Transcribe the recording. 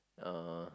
uh